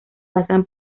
basan